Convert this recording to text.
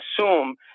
assume